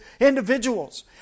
individuals